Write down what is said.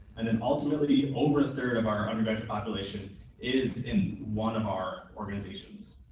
and then ultimately over a third of our undergraduate population is in one of our organizations.